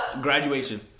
Graduation